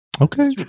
Okay